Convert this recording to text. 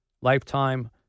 lifetime